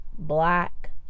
black